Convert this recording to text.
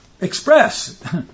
express